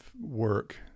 work